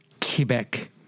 Quebec